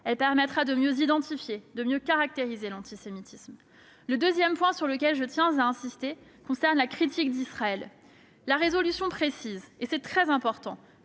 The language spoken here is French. Elle permettra de mieux identifier, de mieux caractériser l'antisémitisme. Le deuxième point, sur lequel je tiens à insister, concerne la critique d'Israël. La résolution précise, et c'est très important,